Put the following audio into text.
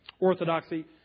Orthodoxy